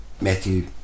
Matthew